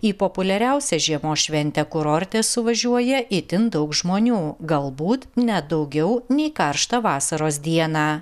į populiariausią žiemos šventę kurorte suvažiuoja itin daug žmonių galbūt net daugiau nei karštą vasaros dieną